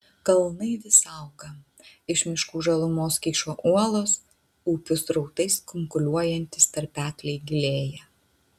kalnai vis auga iš miškų žalumos kyšo uolos upių srautais kunkuliuojantys tarpekliai gilėja